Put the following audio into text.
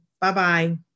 Bye-bye